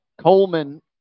Coleman